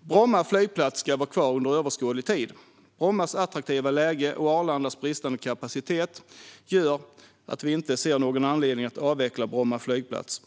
Bromma flygplats ska vara kvar under överskådlig tid. Brommas attraktiva läge och Arlandas bristande kapacitet gör att vi inte ser någon anledning till att avveckla Bromma flygplats.